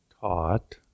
taught